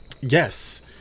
Yes